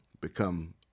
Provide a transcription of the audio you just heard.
become